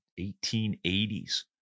1880s